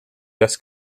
this